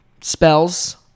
spells